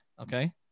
Okay